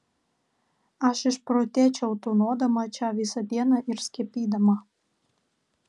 aš išprotėčiau tūnodama čia visą dieną ir skiepydama